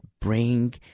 bring